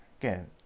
again